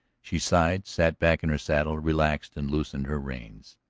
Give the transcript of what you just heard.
she sighed, sat back in her saddle, relaxed, and loosened her reins.